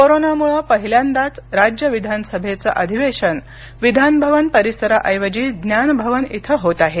कोरोनामुळे पहिल्यांदाच राज्य विधानसभेचं अधिवेशन विधानभवन परिसराऐवजी ज्ञान भवन इथं होत आहे